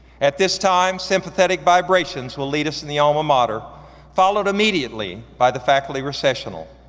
at this time, sympathetic vibrations will lead us in the alma mater followed immediately by the faculty recessional.